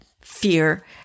fear